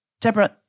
deborah